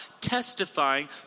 testifying